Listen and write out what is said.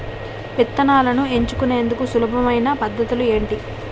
విత్తనాలను ఎంచుకునేందుకు సులభమైన పద్ధతులు ఏంటి?